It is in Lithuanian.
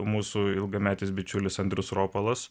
mūsų ilgametis bičiulis andrius ropolas